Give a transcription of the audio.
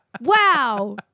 Wow